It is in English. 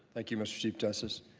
thank you mr. chief justice.